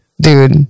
dude